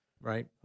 right